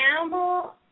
animal